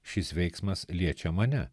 šis veiksmas liečia mane